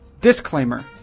disclaimer